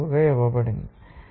02